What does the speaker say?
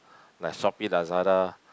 like Shopeee Lazada